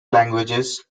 languages